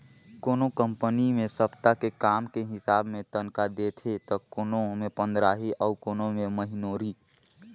कोनो कंपनी मे सप्ता के काम के हिसाब मे तनखा देथे त कोनो मे पंदराही अउ कोनो मे महिनोरी